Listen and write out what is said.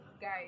guys